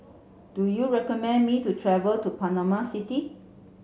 do you recommend me to travel to Panama City